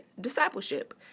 discipleship